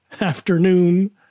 afternoon